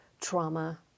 trauma